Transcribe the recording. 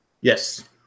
Yes